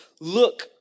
look